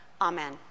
Amen